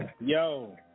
Yo